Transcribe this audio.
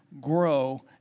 grow